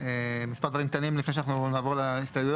מספר דברים קטנים לפני שאנחנו נעבור להסתייגויות,